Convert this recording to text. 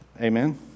Amen